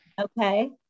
Okay